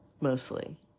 mostly